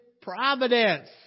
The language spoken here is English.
providence